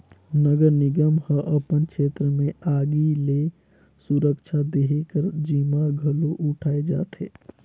नगर निगम ह अपन छेत्र में आगी ले सुरक्छा देहे कर जिम्मा घलो उठाल जाथे